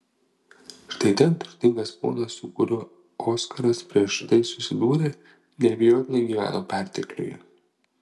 štai ten turtingas ponas su kuriuo oskaras prieš tai susidūrė neabejotinai gyveno pertekliuje